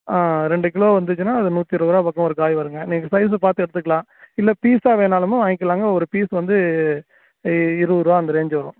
ஆ ரெண்டு கிலோ வந்துச்சுன்னா அது நூற்றி இருபதுருவா பக்கம் ஒரு காய் வருங்க நீங்கள் சைஸ்ஸை பார்த்து எடுத்துக்கலாம் இல்லை பீஸ்ஸாக வேணாலுமே வாங்கிலாங்க ஒரு பீஸ் வந்து இ இருபதுருவா அந்த ரேஞ்ச் வரும்